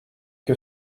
que